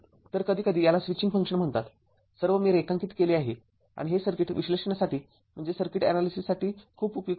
तर कधीकधी याला स्विचिंग फंक्शन म्हणतात सर्व मी रेखांकित केले आहे आणि हे सर्किट विश्लेषणासाठी खूप उपयुक्त आहे